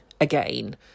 again